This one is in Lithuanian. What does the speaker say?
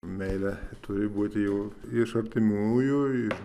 meilė turi būti jau iš artimųjų iš